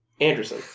Anderson